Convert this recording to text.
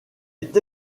est